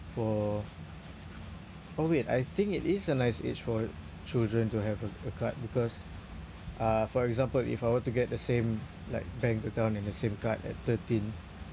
for oh wait I think it is a nice age for children to have a a card because uh for example if I were to get the same like bank account and the same card at thirteen